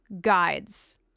Guides